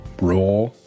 raw